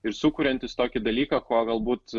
ir sukuriantys tokį dalyką ko galbūt